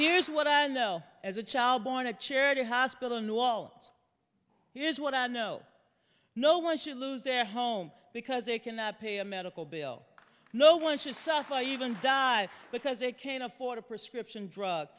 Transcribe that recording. here's what i know as a child born to charity hospital in new orleans here's what i know no one should lose their home because they cannot pay a medical bill no one should suffer even die because they can't afford a prescription drug